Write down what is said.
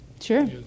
sure